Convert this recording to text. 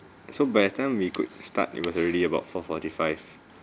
so by the time we could start it was already about four forty five